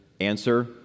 Answer